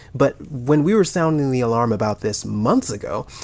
but when we were sounding the alarm about this months ago,